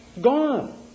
gone